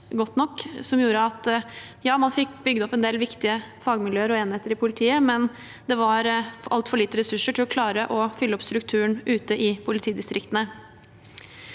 Det gjorde at ja, man fikk bygd opp en del viktige fagmiljøer og enheter i politiet, men det var altfor lite ressurser til å klare å fylle opp strukturen ute i politidistriktene.